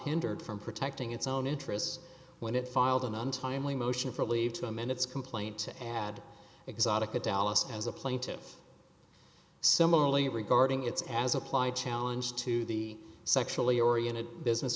hindered from protecting its own interests when it filed an untimely motion for leave to amend its complaint to add exotica dallas as a plaintive similarly regarding its as applied challenge to the sexually oriented business